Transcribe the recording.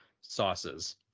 sauces